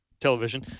television